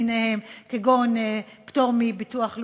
כגון פטור מביטוח לאומי,